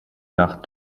nach